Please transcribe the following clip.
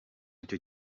icyo